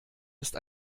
ist